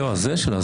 בהקשר הזה?